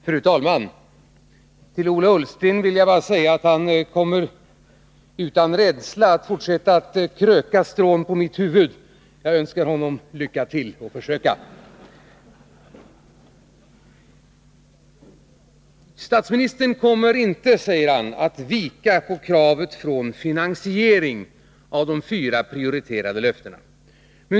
Fru talman! Till Ola Ullsten vill jag bara säga att han utan rädsla kan fortsätta att kröka strån på mitt huvud — jag önskar honom lycka till i försöken! Statsministern kommer inte, säger han, att vika från kravet på finansiering av de fyra prioriterade löftena.